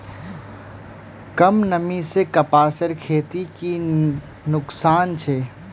कम नमी से कपासेर खेतीत की की नुकसान छे?